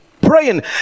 praying